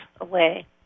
away